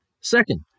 Second